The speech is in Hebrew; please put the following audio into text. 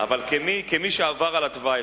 אבל כמי שעבר על התוואי,